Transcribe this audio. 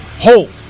Hold